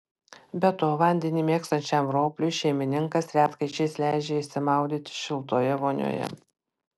be to vandenį mėgstančiam ropliui šeimininkas retkarčiais leidžia išsimaudyti šiltoje vonioje